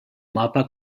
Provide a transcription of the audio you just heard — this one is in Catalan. mapa